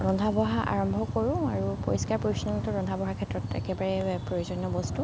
ৰন্ধা বঢ়া আৰম্ভ কৰোঁ আৰু পৰিষ্কাৰ পৰিচ্ছন্নতাটো ৰন্ধা বঢ়াৰ ক্ষেত্ৰত একেবাৰে প্ৰয়োজনীয় বস্তু